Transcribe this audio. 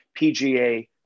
pga